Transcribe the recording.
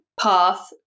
path